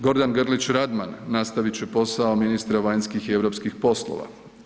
Gordan Grlić Radman nastavit će posao ministra vanjskih i europskih poslova.